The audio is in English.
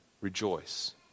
Rejoice